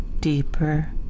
deeper